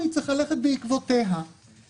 פרק ד' מתוך חוק ההתייעלות הכלכלית (העברת חובות